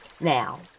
Now